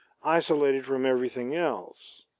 isolated from everything else.